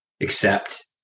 accept